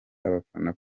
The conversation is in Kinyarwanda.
abafana